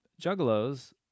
juggalos